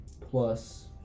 Plus